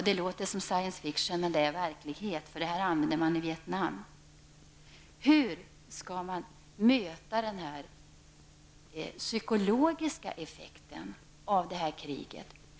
Det låter som science fiction, men det är verklighet, för detta användes i Vietnam. Hur skall man möta den psykologiska effekten av det här kriget?